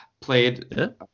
played